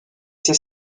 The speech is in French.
ses